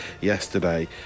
yesterday